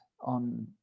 on